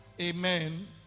Amen